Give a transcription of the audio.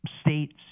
States